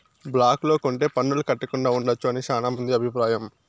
black లో కొంటె పన్నులు కట్టకుండా ఉండొచ్చు అని శ్యానా మంది అభిప్రాయం